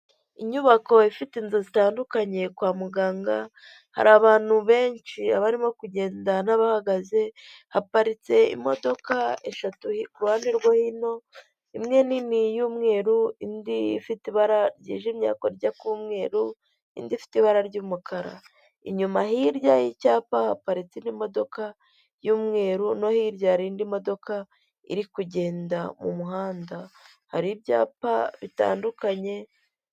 Inyubako ifite zitandukanye kwa muganga, hari abantu benshi abarimo kugenda n'abahagaze, haparitse imodoka eshatu ku ruhande rwo hino, imwe nini y'umweru, indi ifite ibara ryijimye ariko rijya kuba umweru, indi ifite ibara ry'umukara, inyuma hirya y'icyapa haparitse indi modoka y'umweru, no hirya hari indi modoka iri kugenda mu muhanda, hari ibyapa bitandukanye...